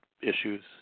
issues